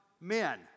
men